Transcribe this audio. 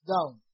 Down